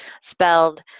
spelled